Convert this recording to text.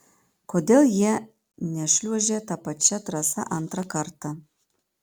kodėl jie nešliuožė ta pačia trasa antrą kartą